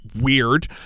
weird